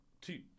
two